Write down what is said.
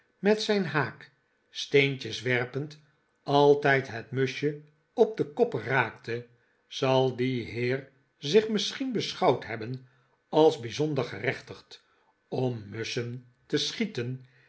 met zijn haak steentjes werpend altijd het muschje op den kop raakte zal die heer zich misschien beschouwd hebben als bijzonder gerechtigd om musschen te schieten